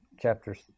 chapters